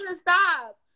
stop